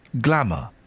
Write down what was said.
glamour